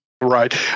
Right